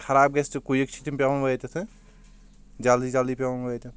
خراب گژھہِ تہٕ کُیک چھِ تم یٮ۪وان وٲتتھ جلدی جلدی پٮ۪وان وٲتِتھ